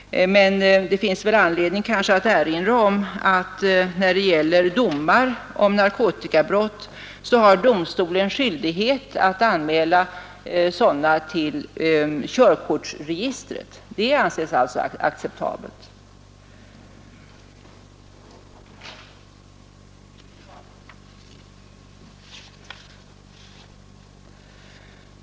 Men det finns kanske anledning att erinra om att domstol har skyldighet att till körkortsregistret anmäla domar för narkotikabrott. Det anses alltså acceptabelt.